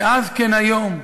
כאז כן היום,